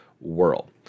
world